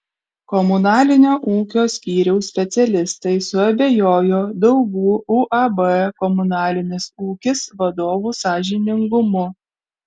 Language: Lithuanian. komunalinio ūkio skyriaus specialistai suabejojo daugų uab komunalinis ūkis vadovų sąžiningumu